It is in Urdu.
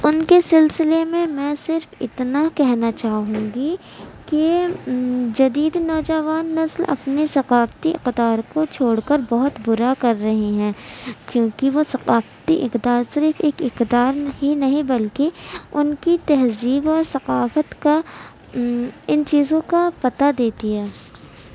ان کے سلسلے میں میں صرف اتنا کہنا چاہوں گی کہ جدید نوجوان نسل اپنے ثقافتی اقدار کو چھوڑ کر بہت برا کر رہے ہیں کیونکہ وہ ثقافتی اقدار صرف ایک اقدار ہی نہیں بلکہ ان کی تہذیب و ثقافت کا ان چیزوں کا پتا دیتی ہے